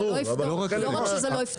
ולא רק שזה לא יפתור,